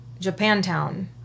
Japantown